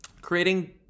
Creating